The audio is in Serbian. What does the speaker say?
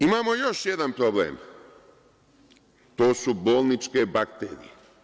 Imamo još jedan problem, to su bolničke bakterije.